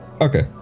Okay